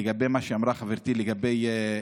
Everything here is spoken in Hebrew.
לגבי מה שאמרה חברתי על סח'נין,